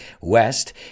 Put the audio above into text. West